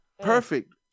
perfect